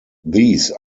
these